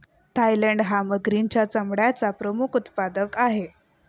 Thailand हा मगरीच्या चामड्याचा प्रमुख उत्पादक आहे